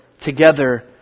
together